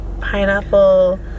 pineapple